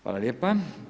Hvala lijepo.